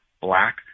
black